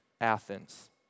Athens